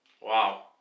Wow